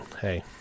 hey